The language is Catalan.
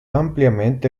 àmpliament